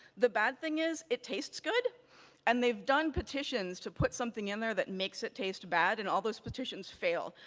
the bad thing is, it tastes good and they've done petitions to put something in there that makes it taste bad and all those petitions fail.